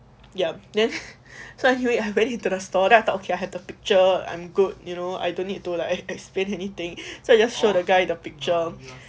yup then so actually I went into the store then I thought okay I had a picture I'm good you know I don't need to like explain anything so I just showed the guy the picture